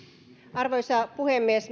arvoisa puhemies